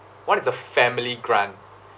one is the family grant